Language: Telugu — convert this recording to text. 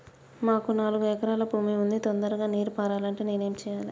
మాకు నాలుగు ఎకరాల భూమి ఉంది, తొందరగా నీరు పారాలంటే నేను ఏం చెయ్యాలే?